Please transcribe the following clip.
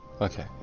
Okay